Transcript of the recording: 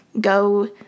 go